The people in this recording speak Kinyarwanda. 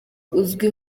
uzwi